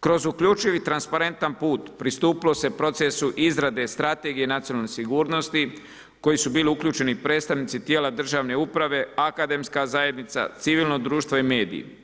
kroz uključivi transparentan put pristupilo se procesu izrade Strategije nacionalne sigurnosti u koju su bili uključeni predstavnici tijela državne uprave, akademska zajednica, civilno društvo i mediji.